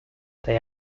they